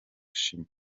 ashima